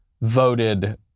voted